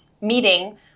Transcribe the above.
meeting